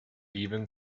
even